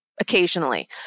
occasionally